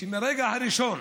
ומהרגע הראשון